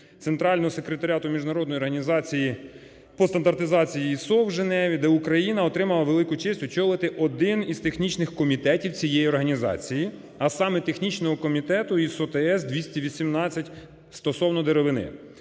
Центрального секретаріату міжнародної організації по стандартизації ISO в Женеві, де Україна отримала велику честь очолити один із технічних комітетів цієї організації, а саме технічного комітету ISO/ТC 218 стосовно деревини.